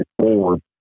forward